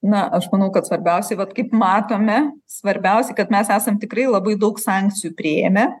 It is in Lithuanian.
na aš manau kad svarbiausiai vat kaip matome svarbiausiai kad mes esam tikrai labai daug sankcijų priėmę